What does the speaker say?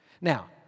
Now